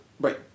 Right